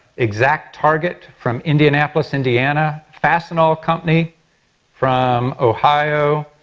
exact target from indianapolis, indiana. fastenal company from ohio.